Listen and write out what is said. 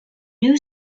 new